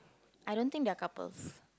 I don't think they are couples